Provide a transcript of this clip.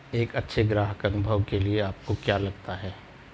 एक अच्छे ग्राहक अनुभव के लिए आपको क्या लगता है?